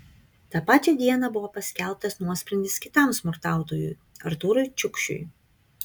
tą pačią dieną buvo paskelbtas nuosprendis kitam smurtautojui artūrui čiukšiui